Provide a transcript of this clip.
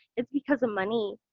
it's because of money,